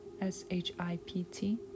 S-H-I-P-T